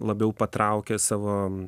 labiau patraukia savo